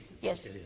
yes